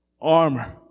armor